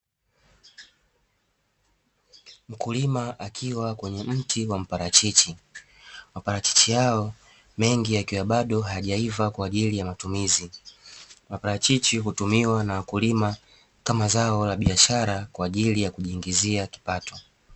Mkulima akiwa kwenye mti wa mparachichi. Maparachichi hayo, mengi yakiwa bado hayajaiva kwa ajili ya matumizi. Maparachichi hutumiwa na mkulima kama zao na biashara kwa ajili ya kujiingizia kipato